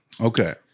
Okay